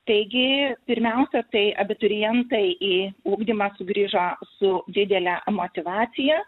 taigi pirmiausia tai abiturientai į ugdymą sugrįžo su didele motyvacija